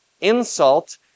insult